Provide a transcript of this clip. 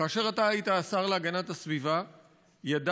כאשר אתה היית השר להגנת הסביבה ידעת